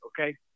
Okay